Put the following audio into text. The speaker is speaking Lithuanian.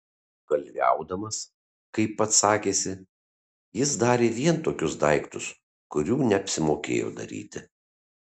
kalviaudamas kaip pats sakėsi jis darė vien tokius daiktus kurių neapsimokėjo daryti